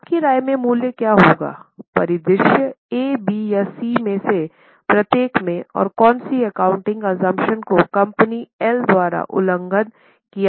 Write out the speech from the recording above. आपकी राय में मूल्य क्या होगा परिदृश्य A B और C में से प्रत्येक में और कौन सी एकाउंटिंग आज़मप्शन को कंपनी एल द्वारा उल्लंघन किया जाता है